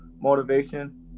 motivation